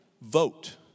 vote